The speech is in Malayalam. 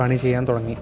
പണി ചെയ്യാൻ തുടങ്ങി